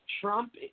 Trump